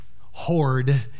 hoard